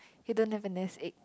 you don't have a nest egg